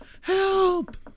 Help